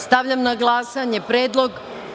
Stavljam na glasanje predlog.